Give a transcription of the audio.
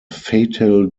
fatal